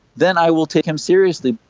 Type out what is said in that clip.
then i will take him seriously.